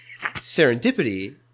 Serendipity